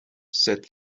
said